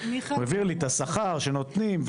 הוא העביר לי את השכר שנותנים,